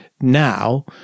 now